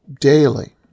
daily